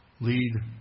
lead